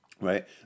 right